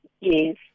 Yes